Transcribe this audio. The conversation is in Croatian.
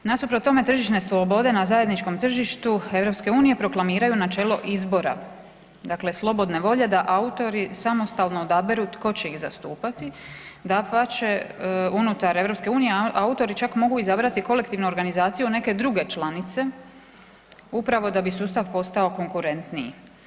Nasuprot tome tržišne slobode na zajedničkom tržištu EU proklamiraju načelo izbora, dakle slobodne volje da autori samostalno odaberu tko će ih zastupati, dapače unutar EU autori mogu čak izabrati kolektivnu organizaciju neke druge članice upravo da bi sustav postao konkurentniji.